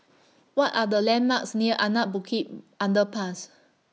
What Are The landmarks near Anak Bukit Underpass